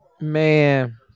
Man